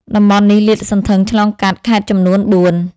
តំបន់នេះលាតសន្ធឹងឆ្លងកាត់ខេត្តចំនួនបួន។